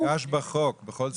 מודגש בחוק בכל סעיף.